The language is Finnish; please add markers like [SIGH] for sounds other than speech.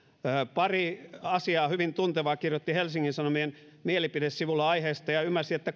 pari asiaa hyvin tuntevaa kirjoitti helsingin sanomien mielipidesivulla aiheesta ja ymmärsin että [UNINTELLIGIBLE]